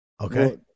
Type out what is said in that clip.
Okay